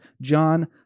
john